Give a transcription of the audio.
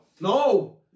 no